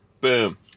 Boom